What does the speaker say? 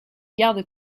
garde